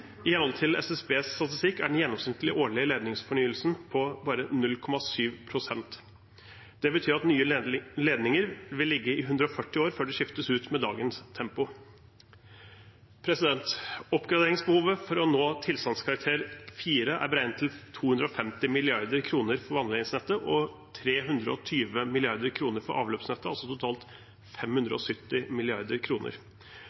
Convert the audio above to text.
I henhold til SSBs statistikk er den gjennomsnittlige årlige ledningsfornyelsen på bare 0,7 pst. Det betyr at nye ledninger vil ligge i 140 år før de skiftes ut med dagens tempo. Oppgraderingsbehovet for å nå tilstandskarakter 4 er beregnet til 250 mrd. kr for vannledningsnettet og 320 mrd. kr for avløpsnettet, altså totalt